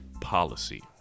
policy